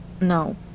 No